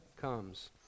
comes